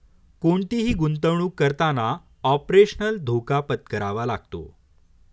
कोणतीही गुंतवणुक करताना ऑपरेशनल धोका पत्करावा लागतो